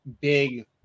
big